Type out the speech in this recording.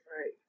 Right